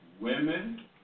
Women